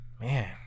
Man